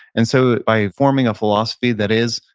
and so, by forming a philosophy that is,